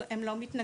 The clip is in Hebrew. הם לא מתנגדים,